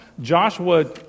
Joshua